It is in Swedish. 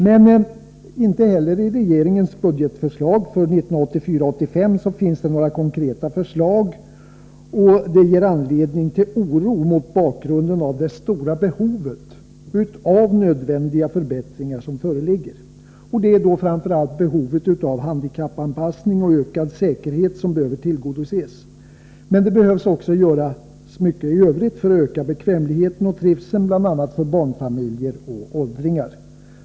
Men inte heller i regeringens budgetproposition för 1984/85 finns det några konkreta förslag. Det ger anledning till oro, mot bakgrund av det stora behov av förbättringar som föreligger. Framför allt är det kravet på handikappanpassning och ökad säkerhet som behöver tillgodoses. Även i övrigt måste mycket göras för att öka bekvämligheten och trivseln, bl.a. för barnfamiljer och åldringar.